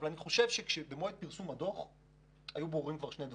אבל אני חושב שבמועד פרסום הדוח היו כבר ברורים שני דברים.